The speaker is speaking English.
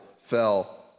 fell